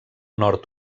nord